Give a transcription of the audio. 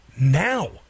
now